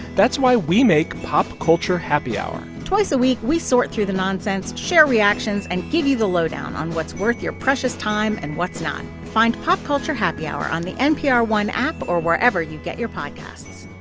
that's why we make pop culture happy hour twice a week, we sort through the nonsense, share reactions and give you the lowdown on what's worth your precious time and what's not. find pop culture happy hour on the npr one app or wherever you get your podcasts